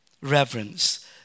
Reverence